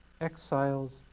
exiles